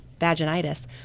vaginitis